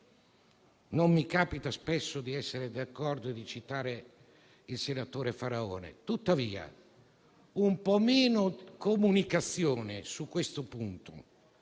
Non mi capita spesso di essere d'accordo e di citare il senatore Faraone, tuttavia un po' meno comunicazione su questo punto,